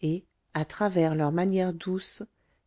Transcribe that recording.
et à travers leurs manières douces